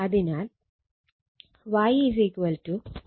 അതിനാൽ Y YL YC